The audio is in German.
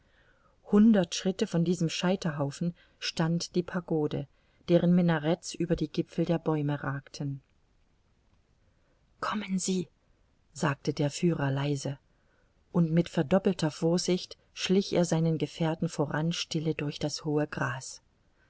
hundert schritte von diesem scheiterhaufen stand die pagode deren minarets über die gipfel der bäume ragten kommen sie sagte der führer leise und mit verdoppelter vorsicht schlich er seinen gefährten voran stille durch das hohe gras